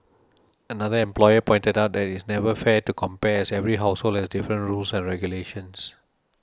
another employer pointed out that it is never fair to compare as every household has different rules and regulations